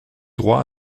droit